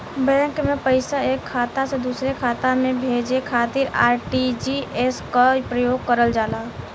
bank में पैसा एक खाता से दूसरे खाता में भेजे खातिर आर.टी.जी.एस क प्रयोग करल जाला